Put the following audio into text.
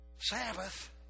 Sabbath